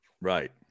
right